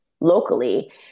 locally